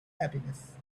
happiness